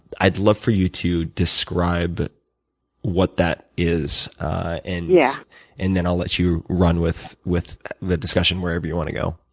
i'd love for you to describe what that is and yeah and then i'll let you run with with the discussion wherever you want to go.